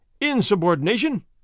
Insubordination